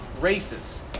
Races